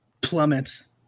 plummets